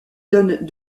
donne